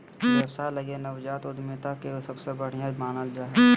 व्यवसाय लगी नवजात उद्यमिता के सबसे बढ़िया मानल जा हइ